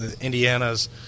Indiana's